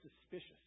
suspicious